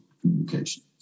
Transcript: communication